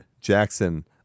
Jackson